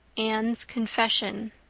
anne's confession